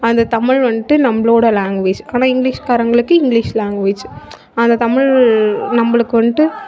அந்த தமிழ் வந்துட்டு நம்ளோட லாங்குவேஜ் ஆனா இங்கிலீஷ்காரங்களுக்கு இங்கிலீஷ் லாங்குவேஜ் அந்த தமிழ் நம்பளுக்கு வந்துட்டு